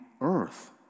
earth